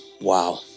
Wow